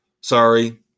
sorry